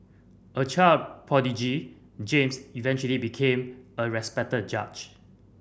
a child prodigy James eventually became a respected judge